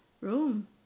room